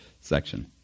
section